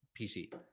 pc